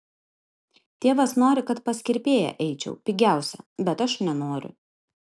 tėvas nori kad pas kirpėją eičiau pigiausia bet aš nenoriu